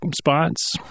spots